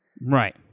Right